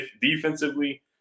defensively